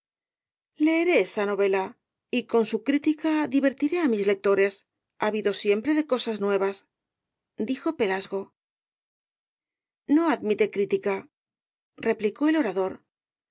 esa novela y con su crítica divertiré á mis lectores ávidos siempre de cosas nuevas dijo pelasgo no admite críticareplicó el orador